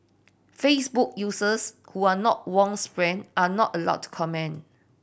facebook users who are not Wong's friends are not allowed to comment